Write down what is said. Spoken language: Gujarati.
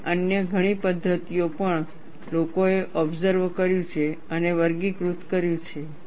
અને અન્ય ઘણી પદ્ધતિઓ પણ લોકોએ ઓબસર્વ કર્યું છે અને વર્ગીકૃત કર્યું છે